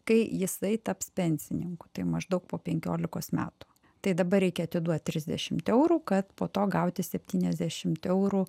kai jisai taps pensininku tai maždaug po penkiolikos metų tai dabar reikia atiduot trisdešimt eurų kad po to gauti septyniasdešimt eurų